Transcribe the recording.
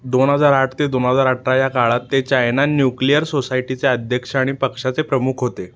दोन हजार आठ ते दोन हजार अठरा या काळात ते चायना न्यूक्लिअर सोसायटीचे अध्यक्ष आणि पक्षाचे प्रमुख होते